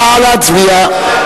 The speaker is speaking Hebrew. נא להצביע.